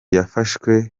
yafashwe